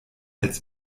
als